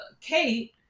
Kate